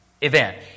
event